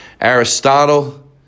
Aristotle